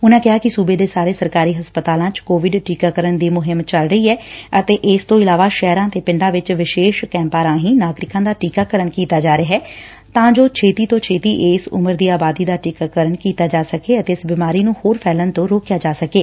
ਉਨੂਾਂ ਕਿਹਾ ਕਿ ਸੁਬੇ ਦੇ ਸਾਰੇ ਸਰਕਾਰੀ ਹਸਪਤਾਲਾਂ ਚ ਕੋਵਿਡ ਟੀਕਾਕਰਨ ਦੀ ਮੁਹਿੰਮ ਚੱਲ ਰਹੀ ਐ ਅਤੇ ਇਸ ਤੋਂ ਇਲਾਵਾ ਸ਼ਹਿਰਾਂ ਤੇ ਪਿੰਡਾਂ ਵਿਚ ਵਿਸ਼ੇਸ਼ ਕੈਂਪਾਂ ਰਾਹੀਂ ਨਾਗਰਿਕਾਂ ਦਾ ਟੀਕਾਕਰਨ ਕੀਤਾ ਜਾ ਰਿਹੈ ਤਾਂ ਜੋ ਛੇਤੀ ਤੋਂ ਛੇਤੀ ਇਸ ਊਮਰ ਦੀ ਆਬਾਦੀ ਦਾ ਟੀਕਾਕਰਨ ਕੀਤਾ ਜਾ ਸਕੇ ਅਤੇ ਇਸ ਬਿਮਾਰੀ ਨੂੰ ਹੋਰ ਫੈਲਣ ਤੋਂ ਰੋਕਿਆ ਜਾ ਸਕੇ